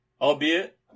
albeit